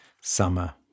Summer